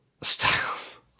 Styles